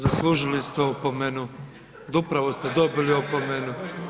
Zaslužili ste opomenu, upravo ste dobili opomenu.